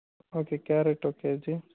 okay carrot ఒక KG